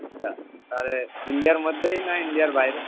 আচ্ছা তাহলে ইন্ডিয়ার মধ্যেই না ইন্ডিয়ার বাইরে